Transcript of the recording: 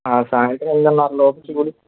సాయంత్రం ఎనిమిదిన్నర లోపు చూడు